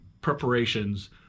preparations